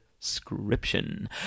description